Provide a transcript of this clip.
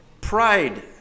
pride